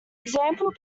example